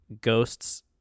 ghosts